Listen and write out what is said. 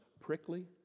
prickly